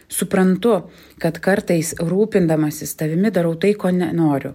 suprantu kad kartais rūpindamasis tavimi darau tai ko nenoriu